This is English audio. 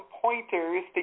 pointers